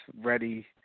ready